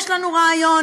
יש לנו רעיון.